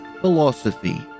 Philosophy